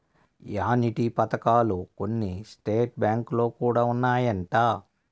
annuity పథకాలు కొన్ని state బ్యాంకులో కూడా ఉన్నాయంట